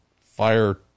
fire